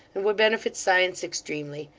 and would benefit science extremely.